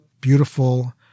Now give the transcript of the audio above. beautiful